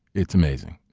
it's amazing.